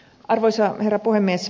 arvoisa herra puhemies